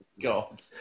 God